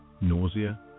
nausea